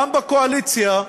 גם בקואליציה,